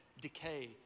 decay